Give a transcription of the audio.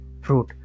fruit